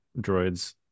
droids